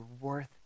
worth